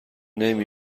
نمی